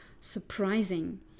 surprising